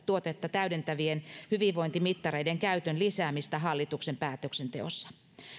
täydentävien hyvinvointimittareiden käytön lisäämistä hallituksen päätöksenteossa